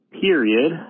period